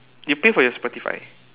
you pay for your Spotify